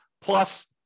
Plus